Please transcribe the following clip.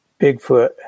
Bigfoot